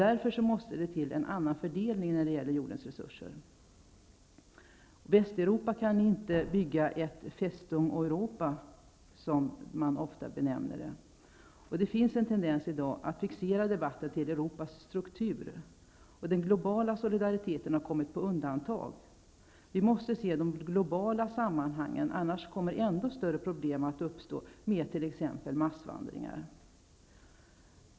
Därför måste det till en annan fördelning när det gäller jordens resurser. Västeuropa kan inte bygga ett ''Festung Europa'' -- en ofta använd benämning. Det finns en tendens i dag till att fixera debatten till Europas struktur. Den globala solidariteten har kommit på undantag. Vi måste se de globala sammanhangen. Om vi inte gör det kommer ännu större problem att uppstå, t.ex. med massvandringar.